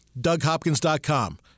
DougHopkins.com